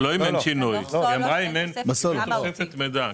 לא אם אין שינוי, אם אין תוספת מידע.